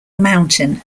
mountain